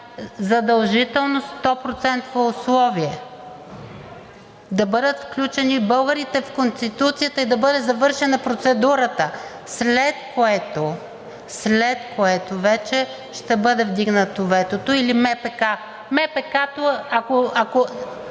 задължително стопроцентово условие да бъдат включени българите в Конституцията и да бъде завършена процедурата, след което вече ще бъде вдигнато ветото или МПК. (Реплика.)